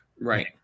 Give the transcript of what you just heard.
Right